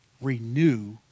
renew